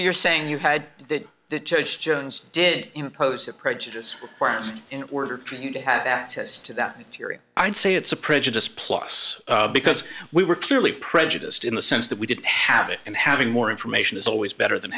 you're saying you had that that judge jones did you know pose a prejudice in order to have access to that theory i'd say it's a prejudice plus because we were clearly prejudiced in the sense that we did have it and having more information is always better than